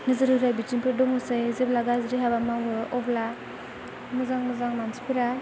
नोजोर होग्रा बिथिंफोर दङसै जेब्ला गाज्रि हाबा मावो अब्ला मोजां मोजां मानसिफोरा